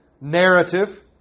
narrative